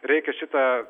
reikia šitą